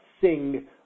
sing